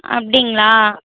அப்படிங்களா